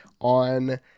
on